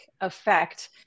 effect